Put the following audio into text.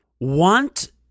want